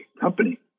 Company